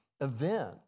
event